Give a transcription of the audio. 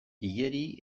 igeri